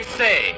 say